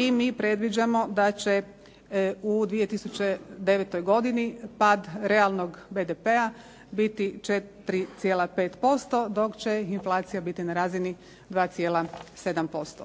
i mi predviđamo da će u 2009. godini pad realnog BDP-a biti 4,5%, dok će inflacija biti na razini 2,7%.